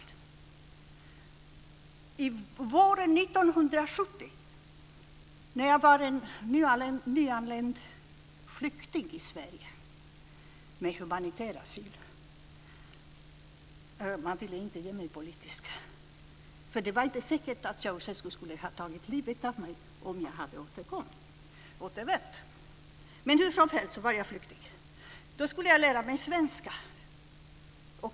På våren 1970 när jag var en nyanländ flykting i Sverige med humanitära skäl - man ville inte ge mig politisk asyl, för det var inte säkert att Ceausescu skulle ha tagit livet av mig om jag hade återvänt - skulle jag lära mig svenska.